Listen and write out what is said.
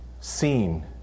seen